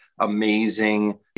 amazing